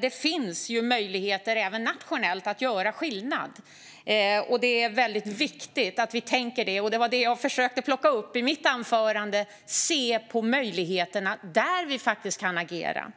det finns möjligheter även nationellt att göra skillnad. Det är viktigt att vi tänker på det. Jag försökte plocka upp det i mitt anförande: Se på möjligheterna där vi faktiskt kan agera!